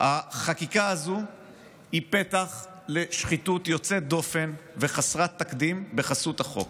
החקיקה הזאת היא פתח לשחיתות יוצאת דופן וחסרת תקדים בחסות החוק.